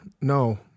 No